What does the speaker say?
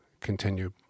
continue